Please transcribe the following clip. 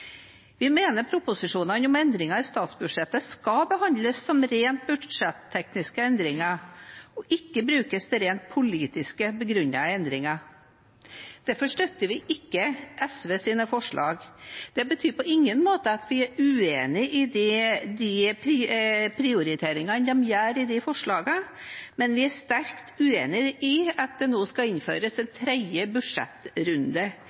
Vi mener proposisjonene om endringer i statsbudsjettet skal behandles som rent budsjettekniske endringer, og ikke brukes til rent politisk begrunnede endringer. Derfor støtter vi ikke SVs forslag. Det betyr på ingen måte at vi er uenig i de prioriteringene de gjør i de forslagene, men vi er sterkt uenig i at det nå skal innføres